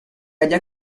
halla